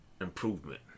improvement